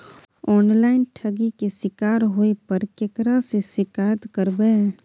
Online ठगी के शिकार होय पर केकरा से शिकायत करबै?